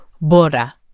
Bora